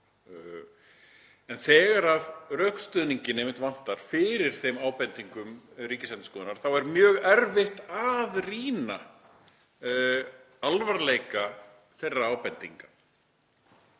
En þegar rökstuðninginn vantar fyrir þeim ábendingum Ríkisendurskoðunar er mjög erfitt að rýna alvarleika þeirra ábendinga